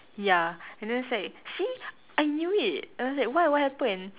ya and then it's like see I knew it and I was like why what happen